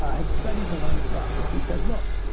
ah had studied the learning process and said look,